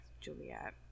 Juliet